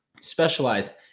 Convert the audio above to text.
specialize